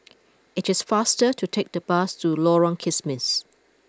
it is faster to take the bus to Lorong Kismis